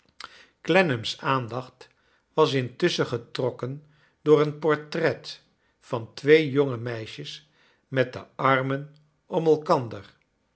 clennan's aandacht was intusschen getrokker door een portret van twee jonge meisjes met de arnien om elkander